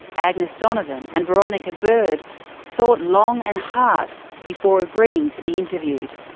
agnes donovan and veronica bird thought long and hard before agreeing to be interviewed.